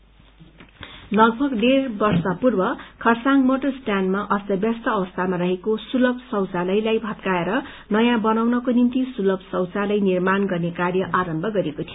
toilet लगभग डेढ़ वर्ष पूर्व खरसाङ मोटर स्टयाण्डमा अस्त व्यस्त अवस्थामा रहेको सुलभ शौचालयलाई भत्काएर नयाँ बनाउनको निम्ति सुलम शौचालय निर्माण गर्ने कार्य आरम्भ गरिएको थियो